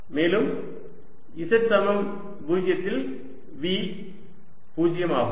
மேலும் z சமம் 0 இல் V 0 ஆகும்